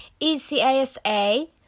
ECASA